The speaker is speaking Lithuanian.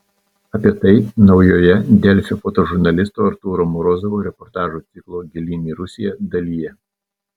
apie tai naujoje delfi fotožurnalisto artūro morozovo reportažų ciklo gilyn į rusiją dalyje